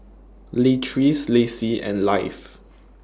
Leatrice Laci and Leif